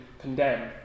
condemn